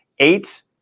Eight